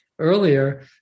Earlier